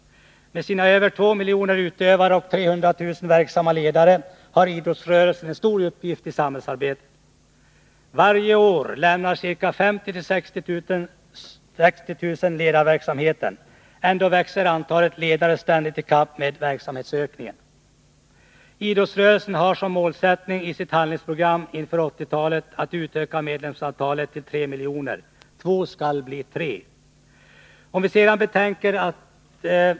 Med sina över två miljoner utövare och 300 000 verksamma ledare har idrottsrörelsen en stor uppgift i samhällsarbetet. Varje år lämnar cirka 50 000 å 60 000 ledarverksamheten. Ändå växer antalet ledare ständigt i kapp med verksamhetsökningen. Idrottsrörelsen har som målsättning i sitt handlingsprogram inför 80-talet att utöka medlemsantalet till tre miljoner — två skall bli tre.